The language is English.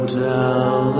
tell